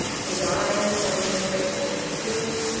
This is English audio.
his eyes had an expression of fatigue,